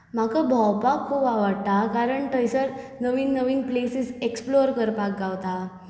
म्हाका भोंवपाक खूब आवडटा कारण थंयसर नवीन नवीन प्लेसीस एक्सप्लोर करपाक गावता